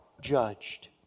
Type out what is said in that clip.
judged